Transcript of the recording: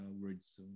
words